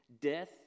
Death